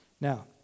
Now